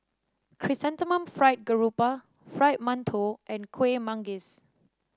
Chrysanthemum Fried Garoupa Fried Mantou and Kueh Manggis